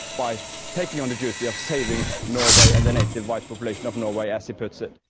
by taking on the duty of saving norway and the native white population of norway, as he puts it.